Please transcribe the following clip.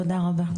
תודה רבה.